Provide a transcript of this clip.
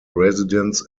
residents